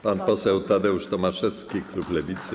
Pan poseł Tadeusz Tomaszewski, klub Lewicy.